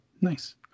nice